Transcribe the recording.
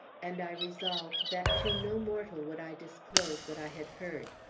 and i resolved that to no mortal would i disclose what i had heard.